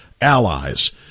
allies